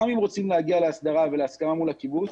גם אם רוצים להגיע להסדרה ולהסכמה מול הקיבוץ,